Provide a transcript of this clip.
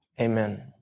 Amen